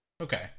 Okay